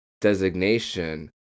designation